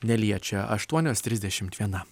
neliečia aštuonios trisdešimt viena